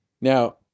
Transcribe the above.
now